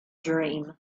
dream